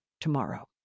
tomorrow